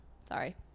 sorry